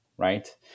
right